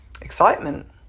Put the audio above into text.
excitement